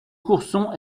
courson